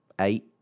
Eight